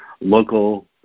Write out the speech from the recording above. local